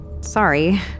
Sorry